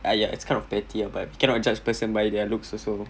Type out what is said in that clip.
ah ya it's kind of petty ah but cannot judge person by their looks also